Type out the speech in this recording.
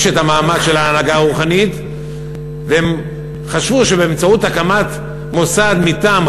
את המעמד של ההנהגה הרוחנית והם חשבו שבאמצעות הקמת מוסד מטעם,